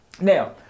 Now